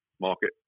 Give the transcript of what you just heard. market